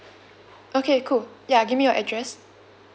okay cool ya give me your address